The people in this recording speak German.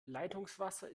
leitungswasser